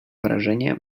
wrażenie